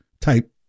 type